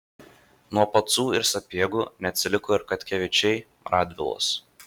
nuo pacų ir sapiegų neatsiliko ir katkevičiai radvilos